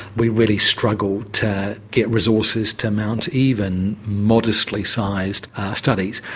we really struggle to get resources to mount even modestly sized studies,